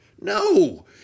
No